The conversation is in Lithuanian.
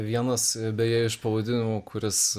vienas beje iš pavadinimų kuris